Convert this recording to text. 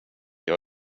jag